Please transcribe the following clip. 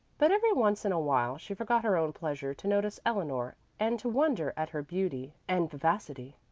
but every once in awhile she forgot her own pleasure to notice eleanor and to wonder at her beauty and vivacity.